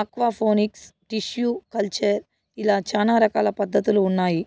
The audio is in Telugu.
ఆక్వాపోనిక్స్, టిష్యు కల్చర్ ఇలా చానా రకాల పద్ధతులు ఉన్నాయి